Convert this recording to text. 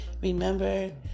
Remember